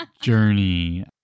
journey